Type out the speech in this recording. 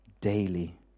daily